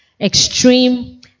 Extreme